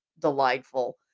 delightful